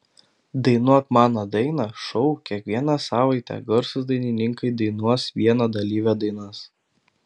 dainuok mano dainą šou kiekvieną savaitę garsūs dainininkai dainuos vieno dalyvio dainas